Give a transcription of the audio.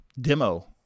demo